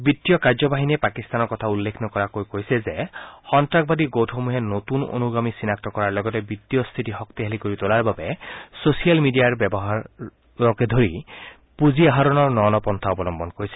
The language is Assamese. বিত্তীয় কাৰ্যবাহিনীয়ে পাকিস্তানৰ কথা উল্লেখ নকৰাকৈ কৈছে যে সন্ত্ৰাসবাদী গোটসমূহে নতুন অনুগামী চিনাক্ত কৰাৰ লগতে বিত্তীয় স্থিতি শক্তিশালী কৰি তোলাৰ বাবে ছচিয়েল মিডিয়াৰ ব্যৱহাৰকে ধৰি পুঁজি আহৰণৰ ন ন পন্থা অৱলম্বন কৰিছে